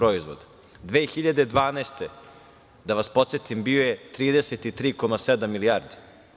Godine 2012, da vas podsetim, bio je 33,7 milijardi.